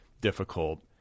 difficult